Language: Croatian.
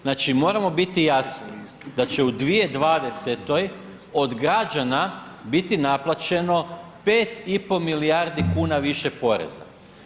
Znači moramo biti jasni da će u 2020. od građana biti naplaćeno 5 i pol milijardi kuna više poreza.